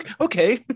okay